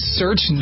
search